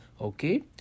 okay